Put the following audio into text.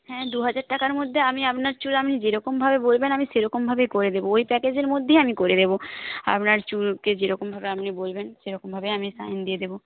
হ্যাঁ দুহাজার টাকার মধ্যে আমি আপনার চুল আপনি যেরকমভাবে বলবেন আমি সেরকমভাবেই করে দেব ওই প্যাকেজের মধ্যেই আমি করে দেব আপনার চুলকে যেরকমভাবে আপনি বলবেন সেরকমভাবেই আমি শাইন দিয়ে দেবো